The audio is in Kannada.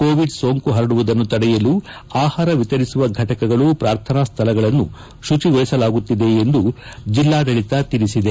ಕೋವಿಡ್ ಸೋಂಕು ಪರಡುವುದನ್ನು ತಡೆಯಲು ಆಪಾರ ವಿತರಿಸುವ ಘಟಕಗಳು ಪ್ರಾರ್ಥನಾ ಸ್ಥಳಗಳನ್ನು ಶುಚಿತ್ವಗೊಳಿಸಲಾಗುತ್ತಿದೆ ಎಂದು ಎಂದು ಜಿಲ್ಲಾಡಳಿತ ತಿಳಿಸಿದೆ